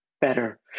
better